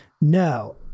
No